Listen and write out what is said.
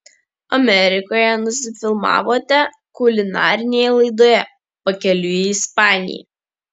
amerikoje nusifilmavote kulinarinėje laidoje pakeliui į ispaniją